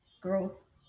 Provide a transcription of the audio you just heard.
girls